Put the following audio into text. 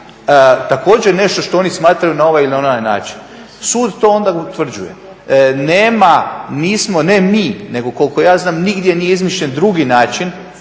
također nešto što oni smatraju na ovaj ili onaj način, sud to onda utvrđuje. Nema, nismo, ne mi nego koliko ja znam nigdje nije izmišljen drugi način